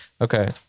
Okay